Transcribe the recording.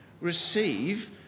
receive